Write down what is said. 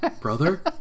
Brother